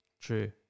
True